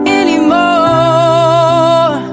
anymore